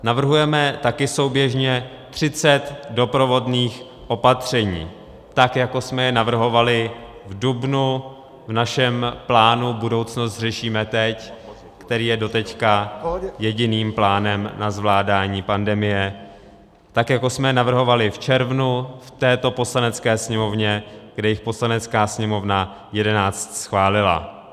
Navrhujeme taky souběžně třicet doprovodných opatření, tak jako jsme je navrhovali v dubnu v našem plánu Budoucnost řešíme teď, který je doteď jediným plánem na zvládání pandemie, tak jako jsme je navrhovali v červnu v této Poslanecké sněmovně, kdy jich Poslanecká sněmovna jedenáct schválila.